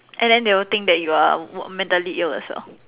and then they will think that you are mentally ill also